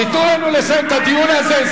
תיתנו לנו לסיים את הדיון הזה.